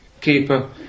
Keeper